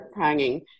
hanging